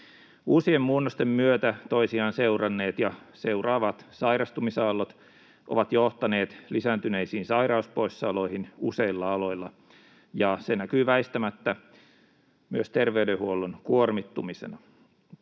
Uusien muunnosten myötä toisiaan seuranneet ja seuraavat sairastumisaallot ovat johtaneet lisääntyneisiin sairauspoissaoloihin useilla aloilla, ja se näkyy väistämättä myös terveydenhuollon kuormittumisena.